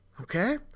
Okay